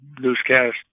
newscast